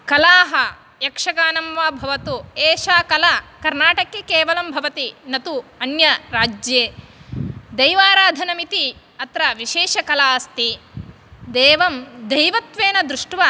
कलाः यक्षगानं वा भवतु एषा कला कर्णाटके केवलं भवति न तु अन्य राज्ये देवाराधनम् इति अत्र विशेषकला अस्ति देवं दैवत्वेन दृष्ट्वा